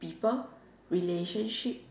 people relationship